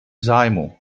zájmu